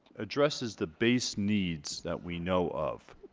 addresses the base needs that we know of